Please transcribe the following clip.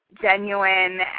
genuine